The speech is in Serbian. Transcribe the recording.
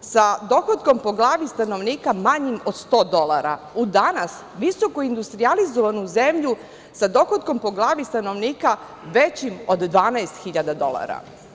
sa dohotkom po glavi stanovnika manjim od 100 dolara, u danas visoko industrijalizovanu zemlju sa dohotkom po glavi stanovnika većim od 12 hiljada dolara.